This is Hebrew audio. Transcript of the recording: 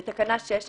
בתקנה 6,